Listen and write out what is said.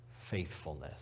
faithfulness